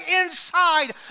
inside